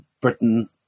Britain